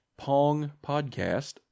pongpodcast